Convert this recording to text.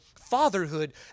fatherhood